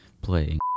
playing